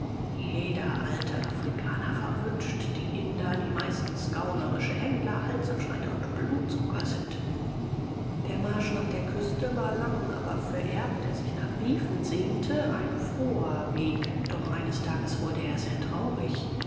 jeder alte afrikaner verwünscht die inder die meistens gaunerische händler halsabschneider und blutsauger sind der marsch nach der küste war lang aber für erb der sich nach briefen sehnte ein froher weg doch eines tages wurde er sehr traurig